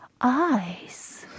eyes